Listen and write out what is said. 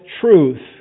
truth